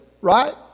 right